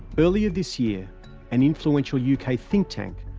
earlier this year an influential yeah uk ah think-tank,